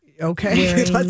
Okay